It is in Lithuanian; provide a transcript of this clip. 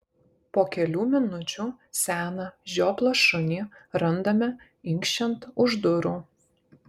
po kelių minučių seną žioplą šunį randame inkščiant už durų